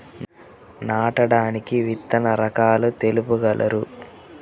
నాటడానికి విత్తన రకాలు తెలుపగలరు?